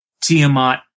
Tiamat